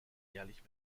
jährlich